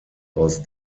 aus